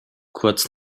kurz